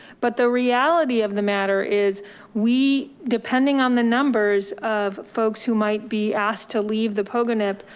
but the reality of the matter is we, depending on the numbers of folks who might be asked to leave the pogonip,